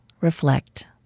reflect